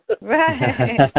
Right